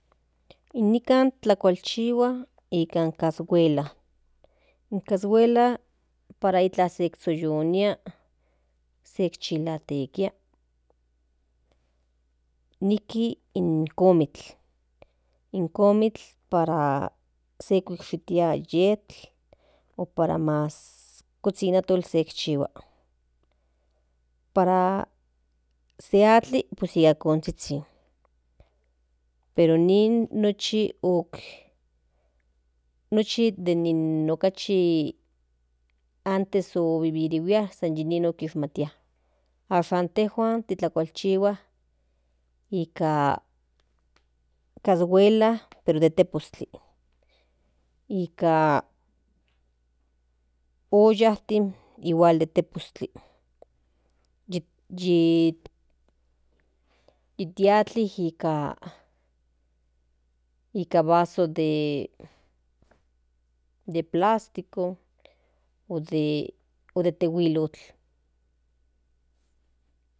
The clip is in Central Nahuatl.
Nikan tlakualchihua nikan cashuela in cashuela para iklan tikzhoyonia se chilatekia nijki in komikl in komikl para se yishitia yetl o para mas cozhin para se chilatol se ikchihua para atli nikan konzhizhin pero nin nochi okachi den antes ovivirua san yinon okishmatia ashan intejuan titlakualchihua nikan cashuela pero de tepostli nika ollantin igual de tepostli yi ti atli nika vasos de plástico o de tehuilok.